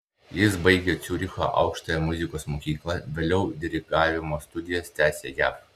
jis baigė ciuricho aukštąją muzikos mokyklą vėliau dirigavimo studijas tęsė jav